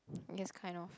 yes kind of